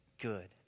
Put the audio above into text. good